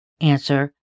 Answer